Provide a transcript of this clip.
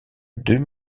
deux